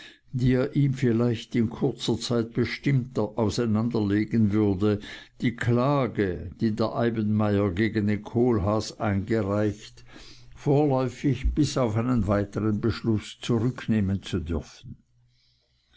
er ihm vielleicht in kurzer zeit bestimmter auseinanderlegen würde die klage die der eibenmayer gegen den kohlhaas eingereicht vorläufig bis auf einen weiteren beschluß zurücknehmen zu dürfen